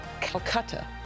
Calcutta